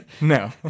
no